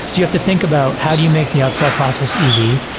so you have to think about how do you make the upsell process easy.